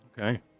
Okay